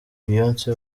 beyonce